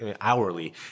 hourly